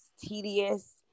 tedious